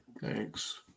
Thanks